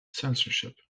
censorship